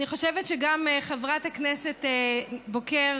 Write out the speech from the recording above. אני חושבת שגם חברת הכנסת בוקר,